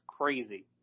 crazy